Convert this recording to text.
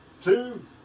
two